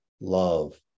love